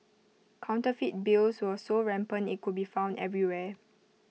counterfeit bills were so rampant IT could be found everywhere